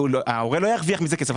ההורה לא ירוויח מזה כסף.